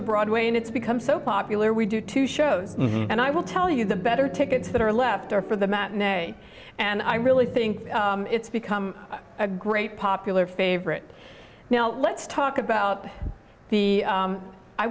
of broadway and it's become so popular we do two shows and i will tell you the better tickets that are left are for the matinee and i really think it's become a great popular favorite now let's talk about the